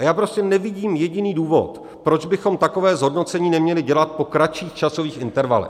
Já prostě nevidím jediný důvod, proč bychom takové zhodnocení neměli dělat po kratších časových intervalech.